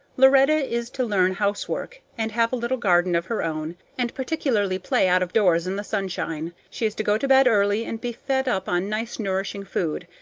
loretta is to learn housework and have a little garden of her own, and particularly play out of doors in the sunshine. she is to go to bed early and be fed up on nice nourishing food,